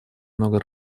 много